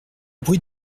bruit